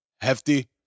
Hefty